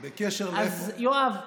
תשמע, בקשר, אז יואב,